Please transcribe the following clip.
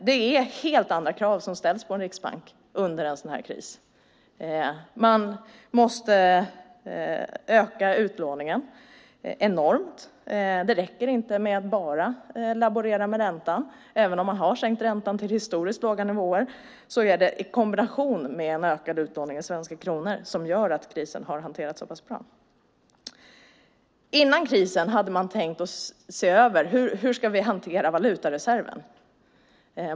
Det är helt andra krav som ställs på en riksbank under en sådan här kris. Man måste öka utlåningen enormt. Det räcker inte med att bara laborera med räntan. Även om man har sänkt räntan till historiskt låga nivåer är det kombinationen med den ökade utlåningen i svenska kronor som gör att krisen har hanterats så pass bra. Innan krisen hade man tänkt se över hur man skulle hantera valutareserven.